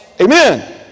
Amen